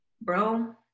bro